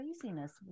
craziness